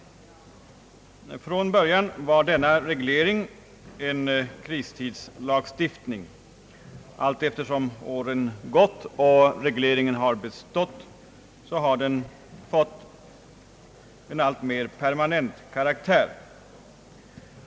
Från början var denna reglering en kristidslag. Allteftersom åren gått och regleringen bestått, har den fått en alltmer permanent karaktär.